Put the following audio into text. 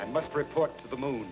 i must report the mood